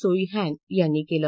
सोई हॅन यांनी केलं